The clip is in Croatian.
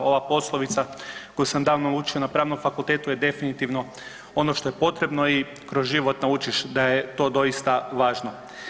Ova poslovica koju sam davno učio na Pravnom fakultetu je definitivno ono što je potrebno i kroz život naučiš da je to doista važno.